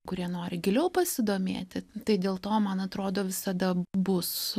kurie nori giliau pasidomėti tai dėl to man atrodo visada bus